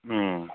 ꯎꯝ